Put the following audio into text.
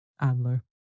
Adler